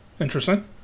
Interesting